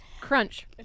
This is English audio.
crunch